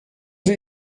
sie